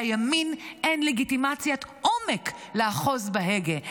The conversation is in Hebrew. שלימין אין לגיטימציית עומק לאחוז בהגה.